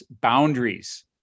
boundaries